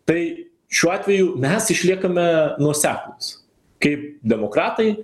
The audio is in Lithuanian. tai šiuo atveju mes išliekame nuoseklūs kaip demokratai